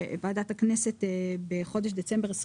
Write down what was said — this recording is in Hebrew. שוועדת הכנסת בחודש דצמבר 2021,